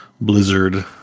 blizzard